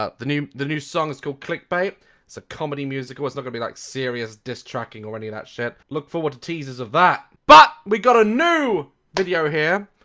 ah the new the new song is called clickbait, it's a comedy musical. it's not gonna be like serious distracking or any of that shit. look forward to teasers of that. but we got a new video here,